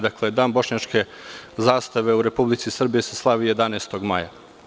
Dakle, Dan bošnjačke zastave u Republici Srbiji se slavi 11. maja.